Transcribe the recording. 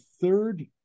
third